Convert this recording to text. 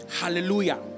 Hallelujah